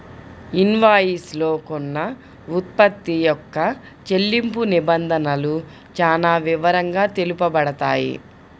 invoice లో కొన్న ఉత్పత్తి యొక్క చెల్లింపు నిబంధనలు చానా వివరంగా తెలుపబడతాయి